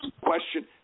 question